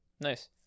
nice